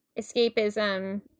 escapism